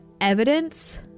evidence